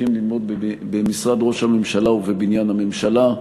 צריכים ללמוד במשרד ראש הממשלה ובבניין הממשלה.